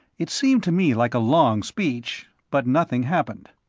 it seemed to me like a long speech, but nothing happened.